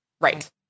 right